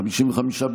49 לא נתקבלה.